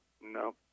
No